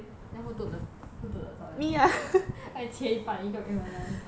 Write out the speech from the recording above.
then who took the took the toy like 切一半一个一人拿一半